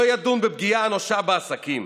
לא ידון בפגיעה האנושה בעסקים,